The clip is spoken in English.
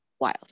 wild